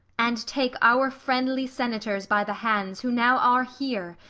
and take our friendly senators by the hands who now are here,